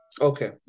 okay